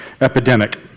epidemic